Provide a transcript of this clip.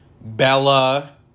Bella